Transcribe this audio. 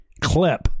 clip